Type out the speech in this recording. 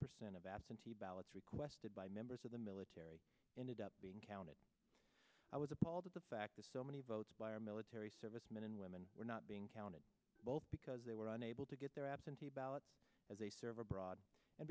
percent of absentee ballots requested by members of the military ended up being counted i was appalled at the fact that so many votes by our military servicemen and women were not being counted both because they were unable to get their absentee ballots as a server bro